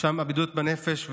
שם אבדות בנפש.